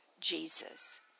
Jesus